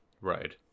Right